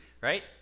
right